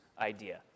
idea